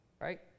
right